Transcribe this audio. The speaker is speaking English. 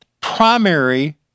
primary